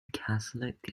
catholic